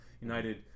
United